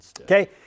Okay